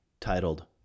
titled